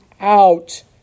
out